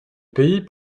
pays